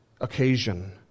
occasion